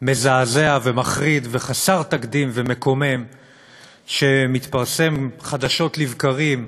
מזעזע ומחריד וחסר תקדים ומקומם - שמתפרסם חדשות לבקרים,